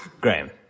Graham